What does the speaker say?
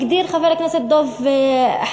הגדיר חבר הכנסת דב חנין,